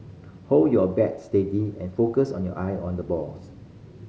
hold your bat steady and focus on your eye on the balls